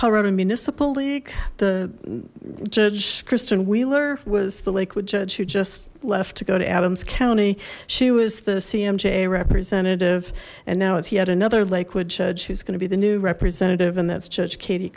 colorado municipal league the judge kristin wheeler was the lakewood judge who just left to go to adams county she was the cmj a representative and now it's yet another lakewood judge who's going to be the new representative and that's judge